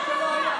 זה לא יעבוד.